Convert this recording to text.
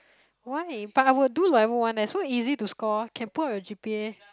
why but I would do level one leh so easy to score can pull up your g_p_a